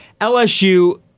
LSU